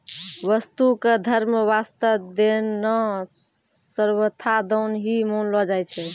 वस्तु क धर्म वास्तअ देना सर्वथा दान ही मानलो जाय छै